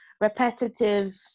repetitive